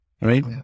right